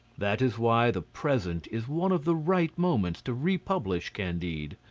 that is why the present is one of the right moments to republish candide.